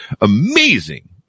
amazing